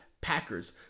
Packers